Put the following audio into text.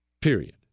Period